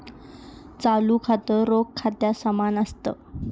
चालू खातं, रोख खात्या समान असत